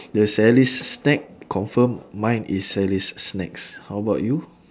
the sally's snack confirm mine is sally's snacks how about you